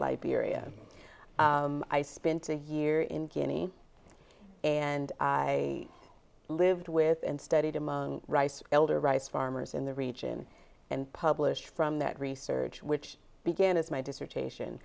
liberia i spent a year in guinea and i lived with and studied among rice elder rice farmers in the region and published from that research which began as my dissertation